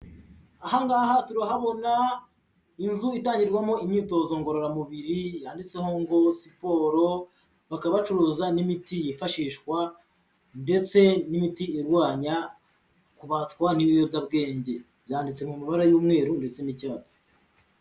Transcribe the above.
Aha ngaha turahabona inzu itangirwamo imyitozo ngororamubiri yanditseho ngo "siporo," bakaba bacuruza n'imiti yifashishwa ndetse n'imiti irwanya kubatwa n'ibiyobyabwenge. Byanditse mu mabara y'umweru ndetse n'icyatsi.